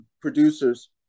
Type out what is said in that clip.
producers